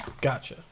Gotcha